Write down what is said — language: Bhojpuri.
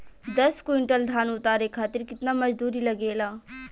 दस क्विंटल धान उतारे खातिर कितना मजदूरी लगे ला?